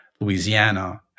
Louisiana